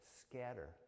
scatter